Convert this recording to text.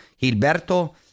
Gilberto